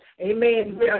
Amen